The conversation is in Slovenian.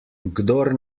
kdor